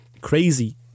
crazy